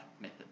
Method